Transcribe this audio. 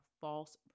false